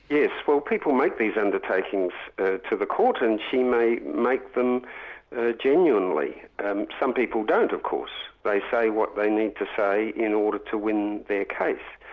yes, well people make these undertakings to the court, and she may make them genuinely. and um some people don't, of course. they say what they need to say in order to win their ah case.